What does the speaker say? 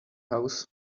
house